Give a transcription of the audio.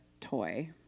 toy